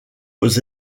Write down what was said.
aux